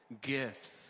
gifts